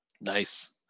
nice